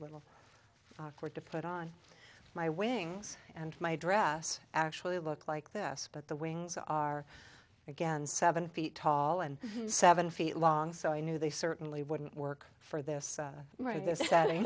little awkward to put on my wings and my dress actually look like this but the wings are again seven feet tall and seven feet long so i knew they certainly wouldn't work for this right this